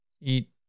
eat